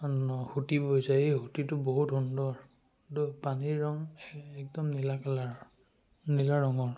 ন সুঁতি বৈছে এই সুঁতিটো বহুত সুন্দৰ পানীৰ ৰং এ একদম নীলা কালাৰৰ নীলা ৰঙৰ